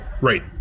Right